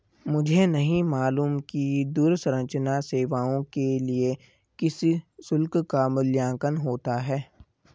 मुझे नहीं मालूम कि दूरसंचार सेवाओं के लिए किस शुल्क का मूल्यांकन होता है?